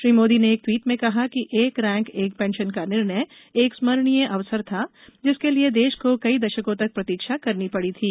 श्री मोदी ने एक ट्वीट में कहा कि एक रैंक एक पेंशन का निर्णय एक स्मरणीय अवसर था जिसके लिए देश को कई दशकों तक प्रतीक्षा करनी पड़ी थी